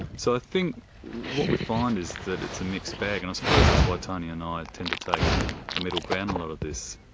so i think what we find is that it's a mixed bag, and i suppose that's why tony and i tend to take a middle ground in a lot of this.